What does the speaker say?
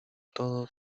todo